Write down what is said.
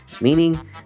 Meaning